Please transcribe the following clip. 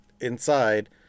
inside